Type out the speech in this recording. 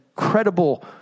incredible